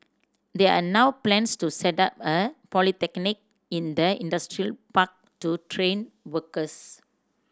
there are now plans to set up a polytechnic in the industrial park to train workers